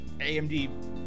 AMD